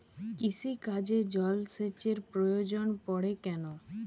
কৃষিকাজে জলসেচের প্রয়োজন পড়ে কেন?